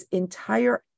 entire